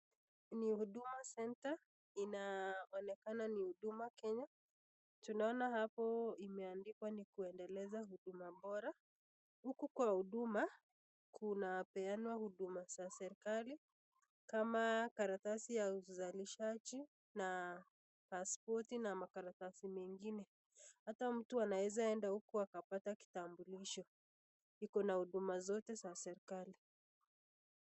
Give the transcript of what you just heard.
Ni huduma center, inaonekana ni huduma Kenya. Tunaona hapo imeandikwa ni kuendeleza huduma bora. Huku kwa huduma kuna peanwa huduma za serikali kama karatasi ya uzalishaji na pasipoti na makaratasi mengine. Hata mtu anaweza enda huku akapata kitambulisho. Iko na huduma zote za serikali.